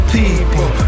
people